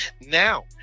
now